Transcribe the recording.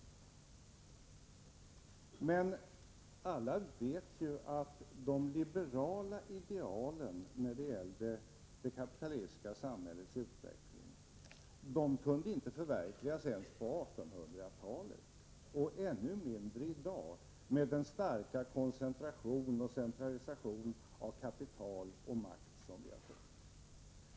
Men alla vet att de liberala idealen när det gällde det kapitalistiska samhällets utveckling inte kunde förverkligas ens på 1800-talet. Ännu mindre kan det ske i dag med den starka koncentration och centralisation av kapital och makt som vi har fått.